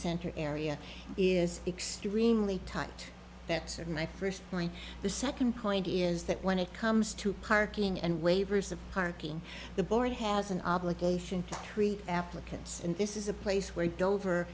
center area is extremely tight that's my first point the second point is that when it comes to parking and waivers of parking the board has an obligation to create applicants and this is a place where